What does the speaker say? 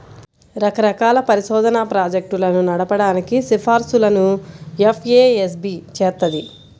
రకరకాల పరిశోధనా ప్రాజెక్టులను నడపడానికి సిఫార్సులను ఎఫ్ఏఎస్బి చేత్తది